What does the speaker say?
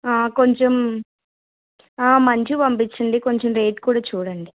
కొంచెం మంచివి పంపించండి కొంచెం రేట్ కూడా చూడండి